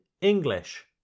English